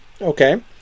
okay